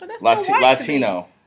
Latino